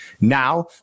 Now